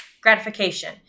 gratification